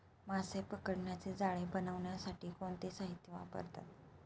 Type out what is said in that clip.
मासे पकडण्याचे जाळे बनवण्यासाठी कोणते साहीत्य वापरतात?